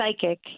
psychic